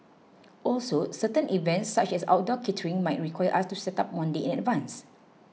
also certain events such as outdoor catering might require us to set up one day in advance